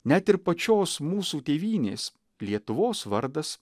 net ir pačios mūsų tėvynės lietuvos vardas